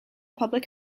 public